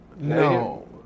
No